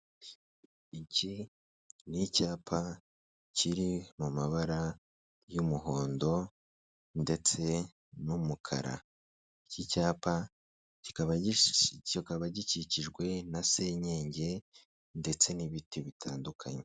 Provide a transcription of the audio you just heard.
Iki ni icyapa kiri mu mabara y'umuhondo ndetse n'umukara. Iki cyapa kikaba gikikijwe na senyenge ndetse n'ibiti bitandukanye.